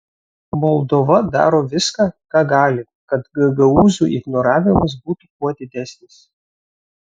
moldova daro viską ką gali kad gagaūzų ignoravimas būtų kuo didesnis